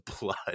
blood